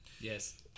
Yes